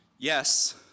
Yes